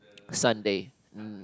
Sunday mm